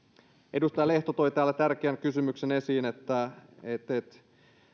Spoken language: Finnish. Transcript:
edustaja lehto toi täällä tärkeän kysymyksen esiin eli että